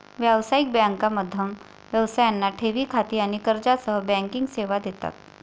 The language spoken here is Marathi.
व्यावसायिक बँका मध्यम व्यवसायांना ठेवी खाती आणि कर्जासह बँकिंग सेवा देतात